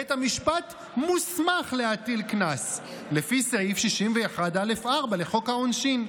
בית המשפט מוסמך להטיל קנס לפי סעיף 61(א)(4) לחוק העונשין,